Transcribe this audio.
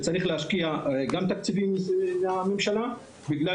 צריך להשקיע גם תקציבים מהממשלה בגלל